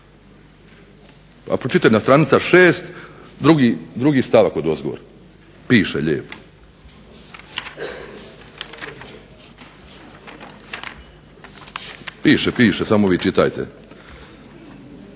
se./… stranica 6 drugi stavak odozgo piše lijepo. Piše, piše, samo vi čitajte.